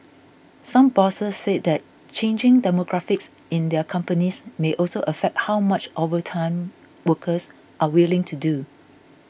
some bosses said that changing demographics in their companies may also affect how much overtime workers are willing to do